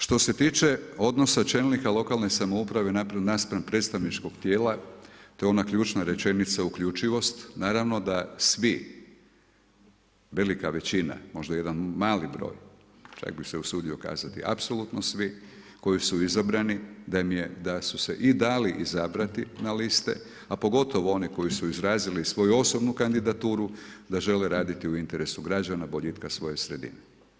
Što se tiče odnosa čelnika lokalne samouprave naspram predstavničkog tijela, to je ona ključna rečenica uključivost naravno da svi, velika većina, možda jedan mali broj čak bi se usudio kazati apsolutno svi koji su izabrani, da su se i dali izabrati na liste, a pogotovo oni koji su izrazili svoju osobnu kandidaturu da žele raditi u interesu građana boljitka svoje sredine.